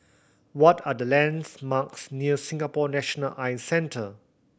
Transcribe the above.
what are the lands marks near Singapore National Eye Centre